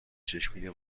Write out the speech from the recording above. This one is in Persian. چشمگیر